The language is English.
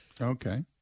Okay